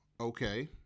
okay